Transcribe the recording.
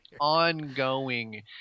ongoing